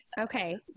okay